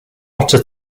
otter